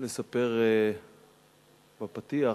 לספר בפתיח,